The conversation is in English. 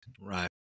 Right